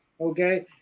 okay